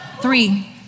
Three